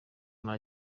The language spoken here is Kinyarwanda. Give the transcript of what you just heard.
nta